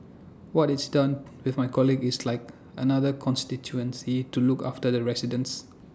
what its done with my colleagues is like another constituency to look after the residents